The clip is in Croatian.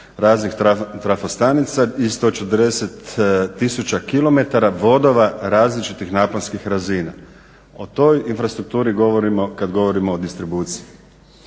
raznih trafostanica i 140000 km vodova različitih naponskih razina. O toj infrastrukturi govorimo kad govorimo o distribuciji.